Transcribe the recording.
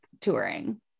touring